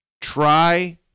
Try